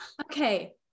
Okay